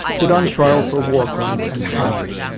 put on trial for war crimes and hanged.